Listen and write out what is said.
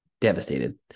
Devastated